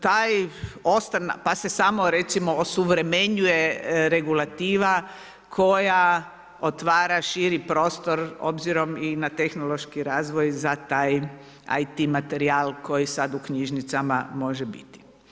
Taj, pa se samo recimo osuvremenjuje regulativa, koja otvara širi prostro, obzirom i na tehnološki razvoj za taj IT materijal koji sada u knjižnicama može biti.